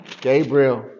Gabriel